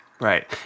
Right